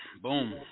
Boom